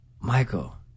Michael